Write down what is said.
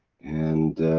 and